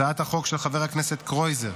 הצעת החוק של חבר הכנסת קרויזר